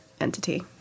entity